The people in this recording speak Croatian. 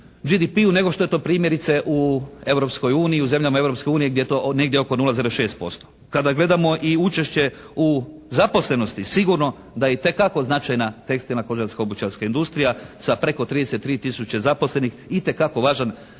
BDP-u nego što je to primjerice u Europskoj uniji, u zemljama Europske unije gdje je to negdje oko 0,6%. Kada gledamo i učešće u zaposlenosti sigurno da je itekako značajna tekstilno, kožarska, obućarska industrija sa preko 33 tisuće zaposlenih itekako važan